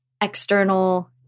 external